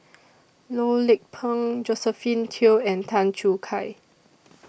Loh Lik Peng Josephine Teo and Tan Choo Kai